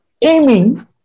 aiming